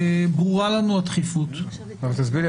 ברורה לנו הדחיפות --- אבל תסביר לי,